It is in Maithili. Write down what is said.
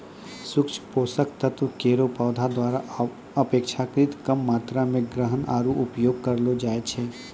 सूक्ष्म पोषक तत्व केरो पौधा द्वारा अपेक्षाकृत कम मात्रा म ग्रहण आरु उपयोग करलो जाय छै